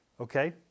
Okay